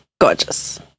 Gorgeous